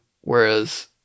whereas